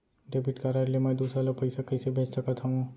Debit card ले मैं दूसर ला पइसा कइसे भेज सकत हओं?